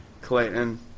Clayton